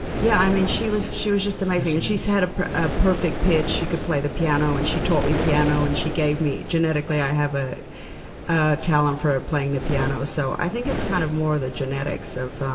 yeah, i mean she was she was just amazing. and she had ah perfect pitch. she could play the piano, and she taught me piano. and she gave me, genetically, i have a ah talent for playing the piano. so i think it's kind of more the genetics.